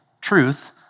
truth